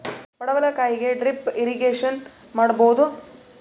ಪಡವಲಕಾಯಿಗೆ drip irrigation ಮಾಡಬೋದ?